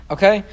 Okay